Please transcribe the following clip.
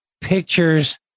pictures